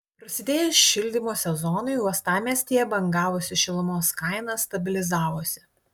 prasidėjus šildymo sezonui uostamiestyje bangavusi šilumos kaina stabilizavosi